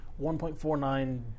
1.49